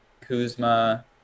Kuzma